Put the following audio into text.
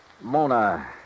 Mona